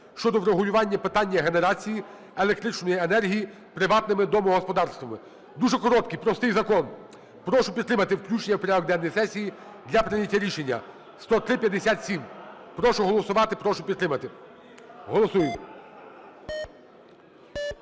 щодо врегулювання питання генерації електричної енергії приватними домогосподарствами. Дуже короткий простий закон. Прошу підтримати включення у порядок денний сесії для прийняття рішення 10357. Прошу голосувати, прошу підтримати. Голосуємо.